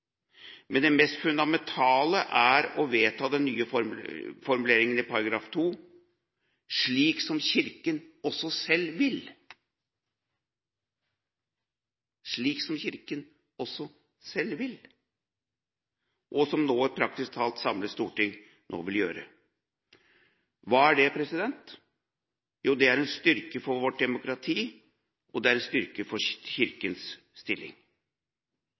Men det mest fundamentale er å vedta de nye formuleringene i § 2, slik Kirken også selv vil – slik Kirken også selv vil – og som et praktisk talt samlet storting nå vil gjøre. Hva er det? Det er en styrke for vårt demokrati, og en styrke for Kirkens stilling.